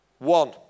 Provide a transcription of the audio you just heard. One